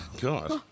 God